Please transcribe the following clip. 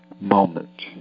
moment